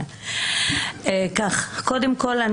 קודם כול,